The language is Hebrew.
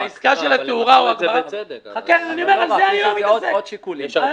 יש עוד הרבה שיקולים.